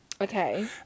Okay